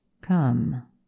Come